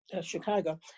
Chicago